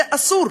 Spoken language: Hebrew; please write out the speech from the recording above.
זה אסור,